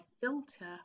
filter